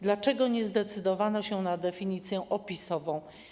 Dlaczego nie zdecydowano się na definicję opisową?